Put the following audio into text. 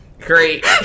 Great